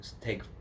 take